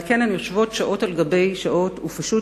ועל כן הן יושבות שעות על גבי שעות ופשוט